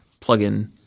plugin